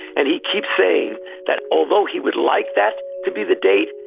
and he keeps saying that, although he would like that to be the date,